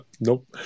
Nope